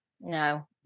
no